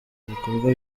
ibikorwa